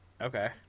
okay